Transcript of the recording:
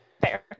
fair